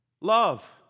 Love